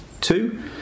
Two